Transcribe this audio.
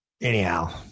Anyhow